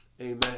Amen